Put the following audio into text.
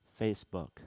Facebook